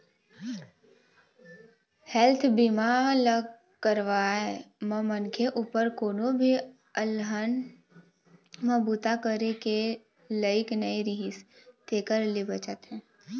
health बीमा ल करवाए म मनखे उपर कोनो भी अलहन म बूता करे के लइक नइ रिहिस तेखर ले बचाथे